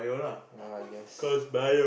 ya I guess